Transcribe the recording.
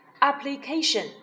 Application